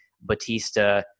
Batista